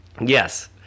yes